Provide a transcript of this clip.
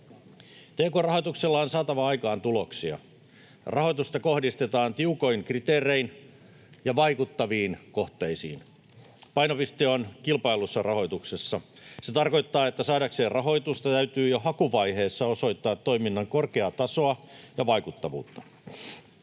Tk-rahoituksella on saatava aikaan tuloksia. Rahoitusta kohdistetaan tiukoin kriteerein ja vaikuttaviin kohteisiin. Painopiste on kilpaillussa rahoituksessa. Se tarkoittaa, että saadakseen rahoitusta täytyy jo hakuvaiheessa osoittaa toiminnan korkeaa tasoa ja vaikuttavuutta.